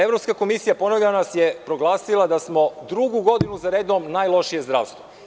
Evropska komisija ponovo nas je proglasila da drugu godinu za redom imamo najlošije zdravstvo.